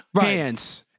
hands